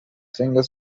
singer